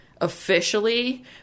officially